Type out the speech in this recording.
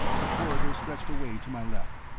the corridor stretched away to my left.